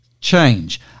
Change